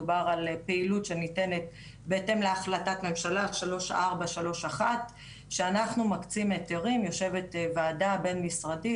מדובר על פעילות שניתנת בהתאם להחלטת ממשלה 3431. כשאנחנו מקצים היתרים יושבת ועדה בין משרדית,